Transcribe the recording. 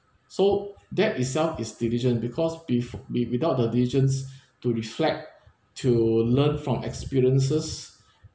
so that itself is diligent because bef~ with without the diligence to reflect to learn from experiences